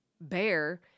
bear